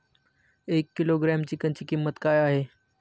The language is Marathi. एक किलोग्रॅम चिकनची किंमत काय आहे?